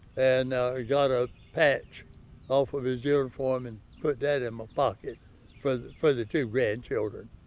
and got a patch off of his uniform and put that in my pocket for the for the two grandchildren.